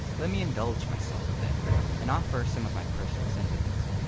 let me indulge myself a bit and offer some of my personal sentiments.